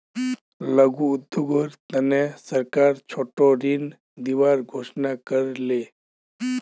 लघु उद्योगेर तने सरकार छोटो ऋण दिबार घोषणा कर ले